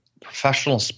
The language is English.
professional